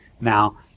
now